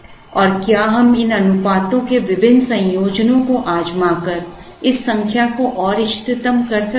और क्या हम इन अनुपातों के विभिन्न संयोजनों को आजमाकर इस संख्या को और इष्टतम कर सकते हैं